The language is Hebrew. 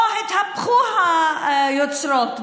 פה התהפכו היוצרות.